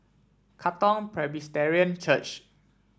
Katong Presbyterian Church